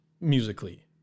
musically